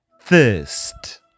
thirst